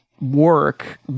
work